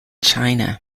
china